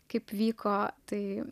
kaip vyko tai